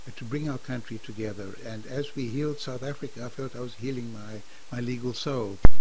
ah to bring our country together. and as we healed south africa, i felt i was healing my my legal so